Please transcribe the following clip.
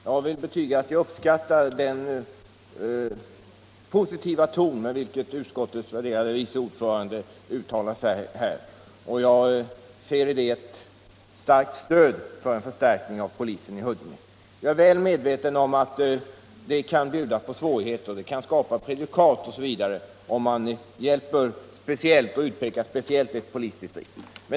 Jag vill betyga att jag uppskattar den positiva ton i vilken utskottets värderade vice ordförande uttalat sig här. Jag ser i det ett starkt stöd för en förstärkning av polisen i Huddinge. Jag är väl medveten om att det kan erbjuda svårigheter, genom att prejudikat skapas, om man speciellt gynnar ett polisdistrikt.